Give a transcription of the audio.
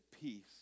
peace